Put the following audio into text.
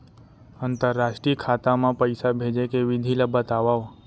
अंतरराष्ट्रीय खाता मा पइसा भेजे के विधि ला बतावव?